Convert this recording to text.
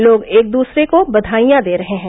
लोग एक दूसरे को बधाईयां दे रहे हैं